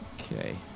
Okay